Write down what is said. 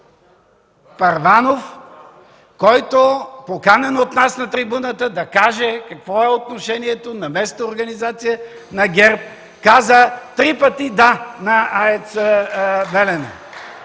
Първанов, който, поканен от нас на трибуната, да каже какво е отношението на местната организация на ГЕРБ, каза три пъти „Да” на АЕЦ „Белене”.